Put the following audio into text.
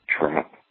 trap